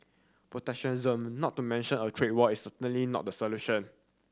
protectionism not to mention a trade war is certainly not the solution